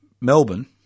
Melbourne